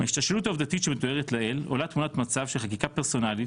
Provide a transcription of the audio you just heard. מההשתלשלות העובדתית שמתוארת לעיל עולה תמונת מצב שלחקיקה פרסונלית